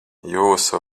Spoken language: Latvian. jūsu